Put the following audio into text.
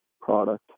product